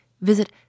visit